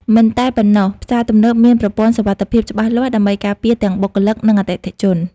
មិនតែប៉ុណ្ណោះ ផ្សារទំនើបមានប្រព័ន្ធសុវត្ថិភាពច្បាស់លាស់ដើម្បីការពារទាំងបុគ្គលិក និងអតិថិជន។